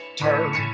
turn